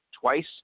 twice